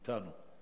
אתנו.